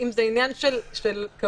אם זה עניין של כבוד,